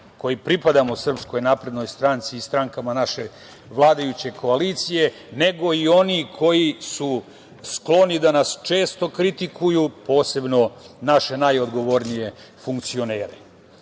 koji pripadamo SNS i strankama naše vladajuće koalicije, nego i oni koji su skloni da nas često kritikuju, posebno naše najodgovornije funkcionere. Ja